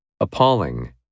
Appalling